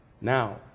Now